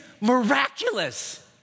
miraculous